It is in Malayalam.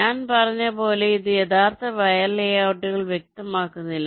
ഞാൻ പറഞ്ഞതുപോലെ ഇത് യഥാർത്ഥ വയർ ലേഔട്ടുകൾ വ്യക്തമാക്കുന്നില്ല